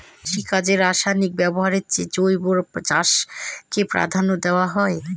কৃষিকাজে রাসায়নিক ব্যবহারের চেয়ে জৈব চাষকে প্রাধান্য দেওয়া হয়